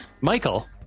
Michael